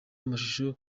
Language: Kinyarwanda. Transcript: amashusho